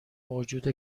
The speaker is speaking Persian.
موجود